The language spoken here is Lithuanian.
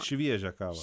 šviežią kavą